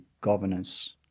governance